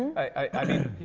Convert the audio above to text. i mean,